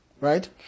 right